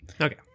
Okay